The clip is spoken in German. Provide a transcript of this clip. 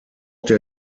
der